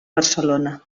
barcelona